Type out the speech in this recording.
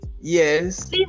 yes